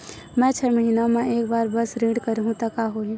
मैं छै महीना म एक बार बस ऋण करहु त का होही?